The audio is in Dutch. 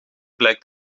blijkt